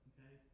Okay